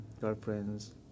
Girlfriends